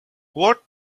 what